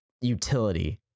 utility